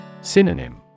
Synonym